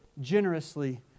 generously